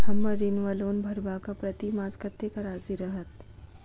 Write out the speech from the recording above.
हम्मर ऋण वा लोन भरबाक प्रतिमास कत्तेक राशि रहत?